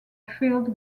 filled